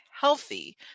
healthy